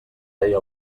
deia